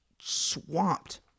swamped